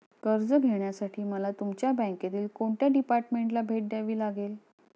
कर्ज घेण्यासाठी मला तुमच्या बँकेतील कोणत्या डिपार्टमेंटला भेट द्यावी लागेल?